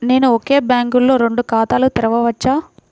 నేను ఒకే బ్యాంకులో రెండు ఖాతాలు తెరవవచ్చా?